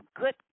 good